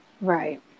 right